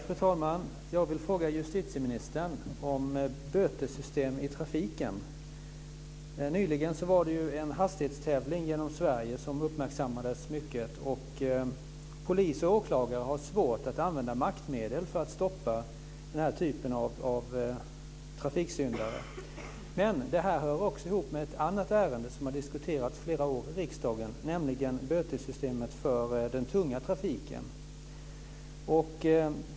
Fru talman! Jag vill fråga justitieministern om bötessystem i trafiken. Nyligen gick en hastighetstävling genom Sverige som uppmärksammades mycket. Polis och åklagare har svårt att använda maktmedel för att stoppa den typen av trafikbrott. Detta hör ihop med ett annat ärende, som har diskuterats flera år i riksdagen, nämligen bötessystemet för den tunga trafiken.